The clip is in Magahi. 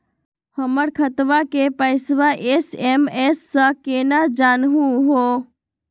हमर खतवा के पैसवा एस.एम.एस स केना जानहु हो?